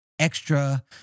Extra